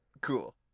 Cool